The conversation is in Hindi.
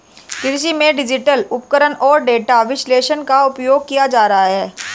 कृषि में डिजिटल उपकरण और डेटा विश्लेषण का उपयोग किया जा रहा है